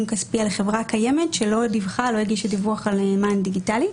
כספי על חברה קיימת שלא הגישה דיווח על מען דיגיטלי.